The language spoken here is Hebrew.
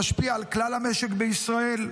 שמשפיע על כלל המשק בישראל,